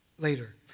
later